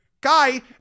guy